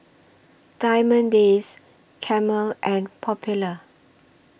Diamond Days Camel and Popular